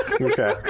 Okay